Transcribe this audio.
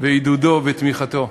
ועידודו ותמיכתו.